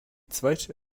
zweite